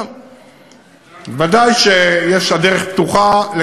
ודאי שהדרך פתוחה,